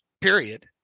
period